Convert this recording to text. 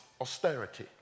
austerity